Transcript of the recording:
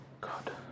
God